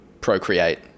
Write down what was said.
procreate